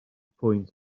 pwynt